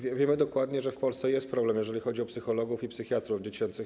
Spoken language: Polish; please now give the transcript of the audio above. Wiemy dokładnie, że w Polsce jest problem, jeżeli chodzi o psychologów i psychiatrów dziecięcych.